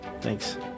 Thanks